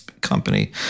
company